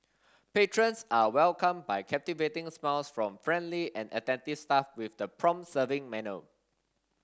patrons are welcomed by captivating smiles from friendly and attentive staff with the prompt serving manner